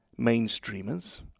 Mainstreamers